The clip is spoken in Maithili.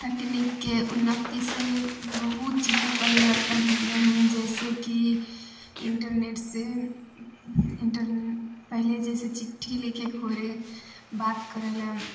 तकनीकीके उन्नतिसँ बहुत चीजमे परिवर्तन होलै हन जैसे कि इन्टरनेटसँ इण्टर पहिले जे छै से चिट्ठी लिखयके होइ रहय बात करय लए